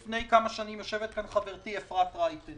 יושבת כאן חברתי אפרת רייטן